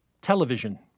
television